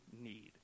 need